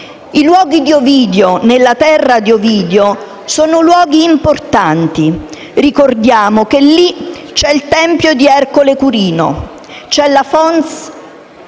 I luoghi di Ovidio, nella terra di Ovidio, sono importanti. Ricordiamo che lì c'è il tempio di Ercole Curino, c'è la *fons*